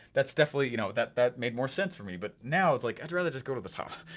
that's definitely, you know, that that made more sense for me. but now, it's like, i'd rather just go to the top.